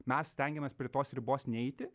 mes stengiamės prie tos ribos neiti